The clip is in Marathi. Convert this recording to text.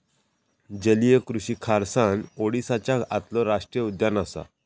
जलीय कृषि खारसाण ओडीसाच्या आतलो राष्टीय उद्यान असा